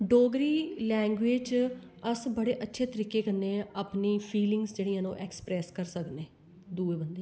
Dogri language अस बड़े अच्छे तरीकै कन्नै अपनी फीलिंग्स उनें ई एक्सप्रेस करी सकने